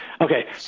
Okay